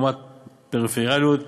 רמת פריפריאליות,